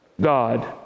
God